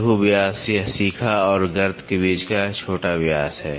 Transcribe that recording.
लघु व्यास यह शिखा और गर्त के बीच का छोटा व्यास है